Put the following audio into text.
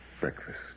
Breakfast